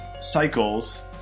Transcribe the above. cycles